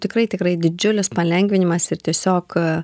tikrai tikrai didžiulis palengvinimas ir tiesiog